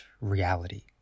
reality